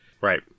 Right